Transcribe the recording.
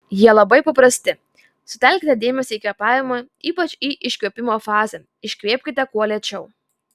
jie labai paprasti sutelkite dėmesį į kvėpavimą ypač į iškvėpimo fazę iškvėpkite kuo lėčiau